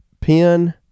pin